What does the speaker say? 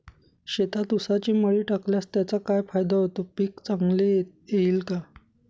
शेतात ऊसाची मळी टाकल्यास त्याचा काय फायदा होतो, पीक चांगले येईल का?